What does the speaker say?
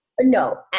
No